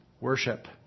worship